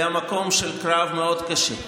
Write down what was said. הייתה מקום של קרב מאוד קשה,